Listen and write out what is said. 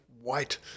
white